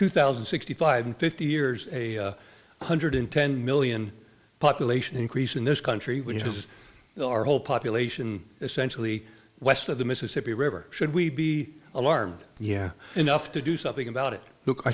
two thousand and sixty five in fifty years a one hundred ten million population increase in this country which is our whole population essentially west of the mississippi river should we be alarmed yeah enough to do something about it look i